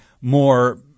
more